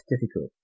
difficult